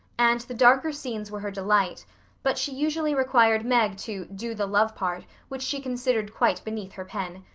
and the darker scenes were her delight but she usually required meg to do the love-part, which she considered quite beneath her pen.